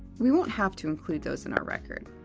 we won't have to include those in our record,